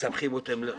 ומסבכים אתכם לגמרי.